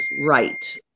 right